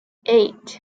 eight